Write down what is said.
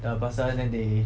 the person then they